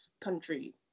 country